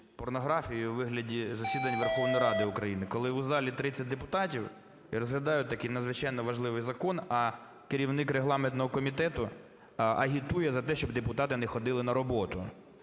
порнографії у вигляді засідань Верховної Ради України, коли у залі 30 депутатів і розглядають такий надзвичайно важливий закон, а керівник регламентного комітету агітує за те, щоб депутати не ходили на роботу.